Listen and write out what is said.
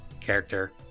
character